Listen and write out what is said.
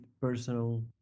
personal